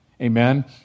Amen